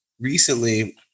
recently